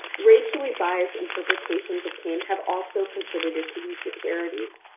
racially biased interpretations of pain have also contributed to these disparities.